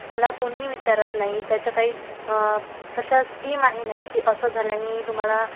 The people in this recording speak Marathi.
त्याला कोणीही विचारत नाही त्याच्या काही अशा स्कीम आहे नाही की असं झाल्याने तुम्हाला